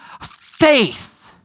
faith